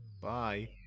Bye